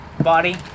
body